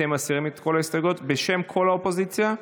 אתם מסירים את כל ההסתייגויות בשם כל האופוזיציה?